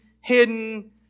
hidden